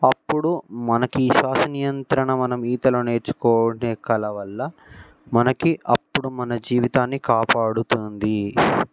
అప్పుడు మనకి ఈ శ్వాస నియంత్రణ మనం ఈతలో నేర్చుకునే కల వల్ల మనకి అప్పుడు మన జీవితాన్ని కాపాడుతుంది